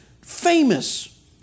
famous